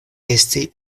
esti